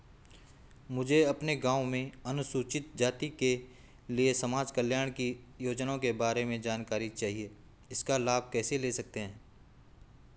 मुझे अपने गाँव में अनुसूचित जाति के लिए समाज कल्याण की योजनाओं के बारे में जानकारी चाहिए इसका लाभ कैसे ले सकते हैं?